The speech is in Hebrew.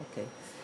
אוקיי.